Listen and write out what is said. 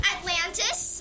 Atlantis